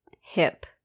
hip